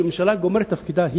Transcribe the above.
כשממשלה גומרת את תפקידה,